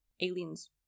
aliens